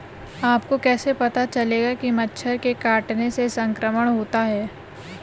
आपको कैसे पता चलेगा कि मच्छर के काटने से संक्रमण होता है?